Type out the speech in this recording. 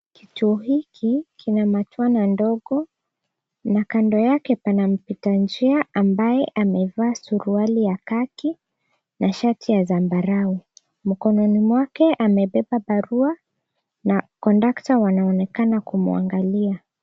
Kituo hiki kina matwana ndogo na kando yake pana mpita njia ambaye amevaa suruali ya khaki, na shati ya zambarau. Mkononi mwake amebeba barua na kondakta wanaonekana kumwangalia.